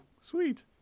sweet